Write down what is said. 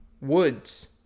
woods